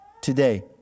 today